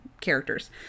characters